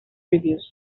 reviews